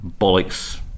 bollocks